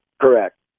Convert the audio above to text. correct